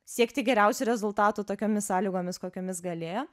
siekti geriausių rezultatų tokiomis sąlygomis kokiomis galėjo